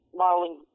modeling